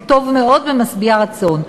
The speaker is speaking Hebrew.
הוא טוב מאוד ומשביע רצון.